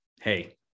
hey